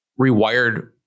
Rewired